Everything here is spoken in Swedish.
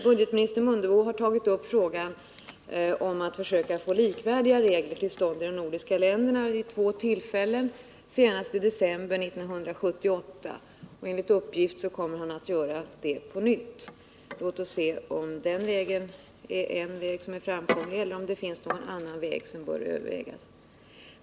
Budgetminister Mundebo har vid två tillfällen, senast i december 1978, tagit upp frågan om att söka få till stånd likvärdiga regler i de nordiska länderna. Och enligt uppgift kommer han att göra det på nytt. Låt oss se om den vägen är framkomlig eller om det finns någon annan som bör övervägas.